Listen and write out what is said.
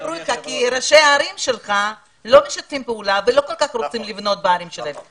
ראשי הערים שלך לא משתפים פעולה ולא רוצים לבנות בערים שלהם.